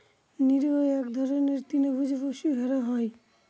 নিরীহ এক ধরনের তৃণভোজী পশু ভেড়া হয়